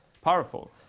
powerful